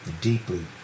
deeply